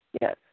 Yes